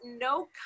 no